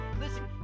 Listen